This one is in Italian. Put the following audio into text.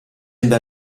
ebbe